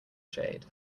shade